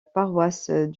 paroisse